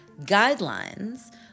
guidelines